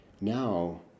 Now